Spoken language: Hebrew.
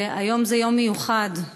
היום זה יום מיוחד.